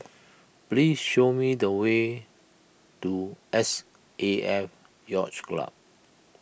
please show me the way to S A F Yacht Club